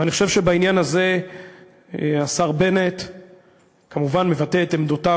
אני חושב שבעניין הזה השר בנט כמובן מבטא את עמדותיו,